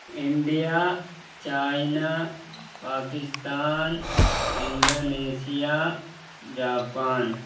India China Pakistan Indonesia Japan